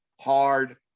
hard